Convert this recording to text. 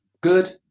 Good